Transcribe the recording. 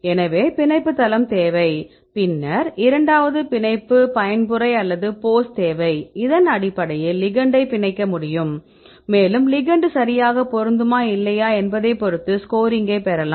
எனவே பிணைப்பு தளம் தேவை பின்னர் இரண்டாவது பிணைப்பு பயன்முறை அல்லது போஸ் தேவை இதன் அடிப்படையில் லிகெண்டை பிணைக்க முடியும் மேலும் லிகெண்ட் சரியாக பொருந்துமா இல்லையா என்பதை பொருத்து ஸ்கோரிங்கை பெறலாம்